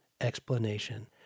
explanation